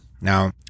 Now